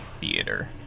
theater